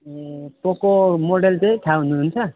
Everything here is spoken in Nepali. ए पोको मोडल चाहिँ थाहा हुनुहुन्छ